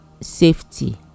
safety